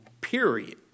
period